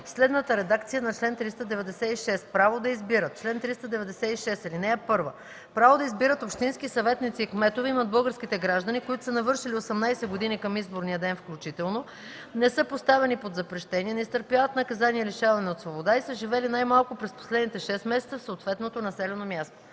„Право да избират Чл. 396. (1) Право да избират общински съветници и кметове имат българските граждани, които са навършили 18 години към изборния ден включително, не са поставени под запрещение, не изтърпяват наказание лишаване от свобода и са живели най-малко през последните 6 месеца в съответното населено място.